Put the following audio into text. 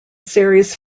series